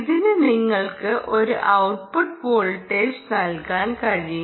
ഇതിന് നിങ്ങൾക്ക് ഒരു ഔട്ട്പുട്ട് വോൾട്ടേജ് നൽകാൻ കഴിയും